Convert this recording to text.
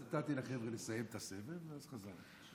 אז נתתי לחבר'ה לסיים את הסבב ואז חזרתי.